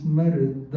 married